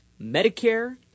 Medicare